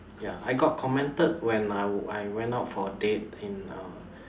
ya I got commented when I w~ I went out for a date in uh